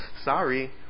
Sorry